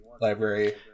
library